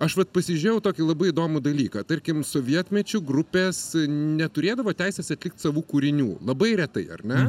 aš vat pasižiūrėjau tokį labai įdomų dalyką tarkim sovietmečiu grupės neturėdavo teisės atlikt savų kūrinių labai retai ar ne